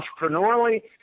entrepreneurially